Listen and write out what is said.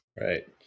Right